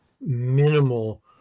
minimal